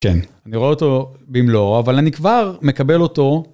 כן, אני רואה אותו במלואו, אבל אני כבר מקבל אותו.